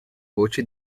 voce